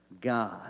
God